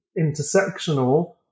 intersectional